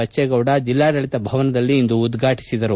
ಬಚ್ಚೇಗೌಡ ಜಿಲ್ಲಾಡಳಿತ ಭವನದಲ್ಲಿ ಉದ್ವಾಟಿಸಿದರು